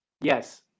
Yes